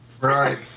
Right